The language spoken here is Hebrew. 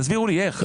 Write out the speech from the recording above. תסבירו לי איך.